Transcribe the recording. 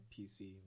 PC